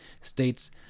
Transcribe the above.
states